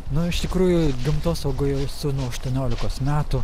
nu iš tikrųjų gamtosaugoj jau esu nuo aštuoniolikos metų